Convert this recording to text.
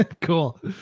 Cool